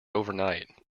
overnight